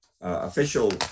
official